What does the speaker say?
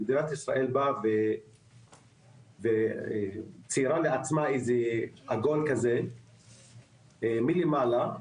באה וציירה לעצמה עיגול מלמעלה,